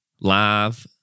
live